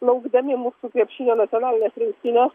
laukdami mūsų krepšinio nacionalinės rinktinės